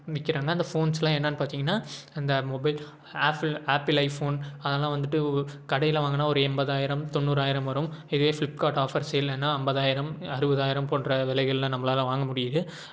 விற்கிறாங்க அந்த ஃபோன்ஸெலாம் என்னன்னு பார்த்திங்கன்னா அந்த மொபைல் ஆப்பிள் ஆப்பிள் ஐஃபோன் அதெலாம் வந்துட்டு கடையில் வாங்கினா ஒரு எண்பதாயிரம் தொண்ணூறாயிரம் வரும் இதே ஃபிலிப்கார்ட் ஆஃபர்சேல்லைனா ஐம்பதாயிரம் அறுபதாயிரம் போன்ற விலைகளெலாம் நம்மளால வாங்க முடியுது